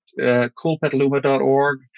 Coolpetaluma.org